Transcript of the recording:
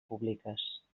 públiques